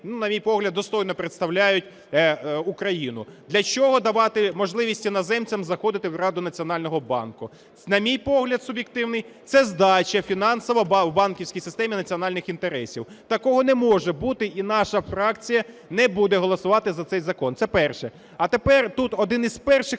на мій погляд, достойно представляють Україну. Для чого давати можливість іноземцям заходити в Раду Національного банку? На мій погляд суб'єктивний, це здача фінансова у банківській системі національних інтересів. Такого не може бути і наша фракція не буде голосувати за цей закон, це перше. А тепер тут один із перших